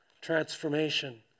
transformation